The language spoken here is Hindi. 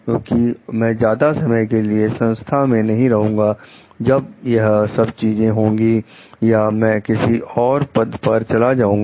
क्योंकि मैं ज्यादा समय के लिए संस्था में नहीं रहूंगा जब यह सब चीजें होंगी या मैं किसी और पद पर चला जाऊं